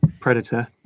predator